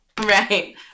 Right